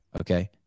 Okay